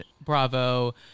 Bravo